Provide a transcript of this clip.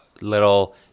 little